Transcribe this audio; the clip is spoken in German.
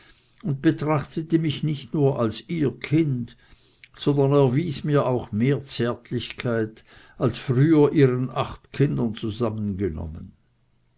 und betrachtete mich nicht nur als ihr kind sondern erwies mir auch mehr zärtlichkeit als früher ihren acht kindern zusammengenommen